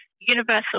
Universal